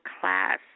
class